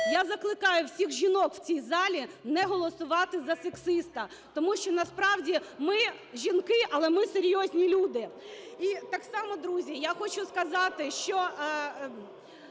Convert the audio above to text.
Я закликаю всіх жінок в цій залі не голосувати за сексиста, тому що насправді ми, жінки, але ми – серйозні люди. І так само, друзі, я хочу сказати, що…